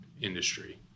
industry